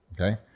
okay